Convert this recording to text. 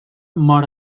mor